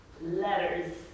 letters